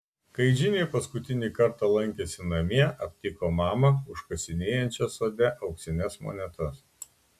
kai džinė paskutinį kartą lankėsi namie aptiko mamą užkasinėjančią sode auksines monetas